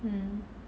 mm